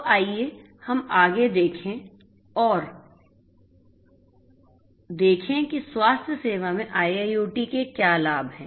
तो आइए हम आगे देखें और देखें कि स्वास्थ्य सेवा में IIoT के क्या लाभ हैं